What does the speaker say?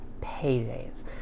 Paydays